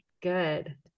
good